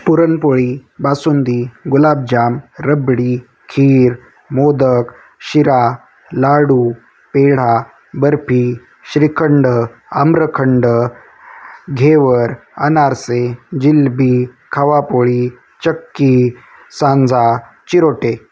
puran poli basundi gulabjam rabdi kheer modak sheera ladoo pedha barfi shrikhand amrakhand ghevar anarse jalebi khavapoli chakki sanja चिरोटे